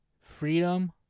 freedom